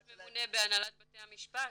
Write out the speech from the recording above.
שלהם --- יש ממונה בהנהלת בתי המשפט?